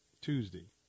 Tuesday